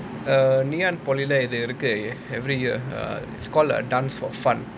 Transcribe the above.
err ngee ann polytechnic leh இது இருக்கு:ithu irukku every year err it's called err dance for fun